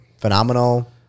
Phenomenal